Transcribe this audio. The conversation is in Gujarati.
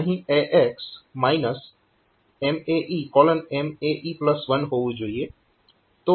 અહીં AX MAEMAE1 હોવું જોઈએ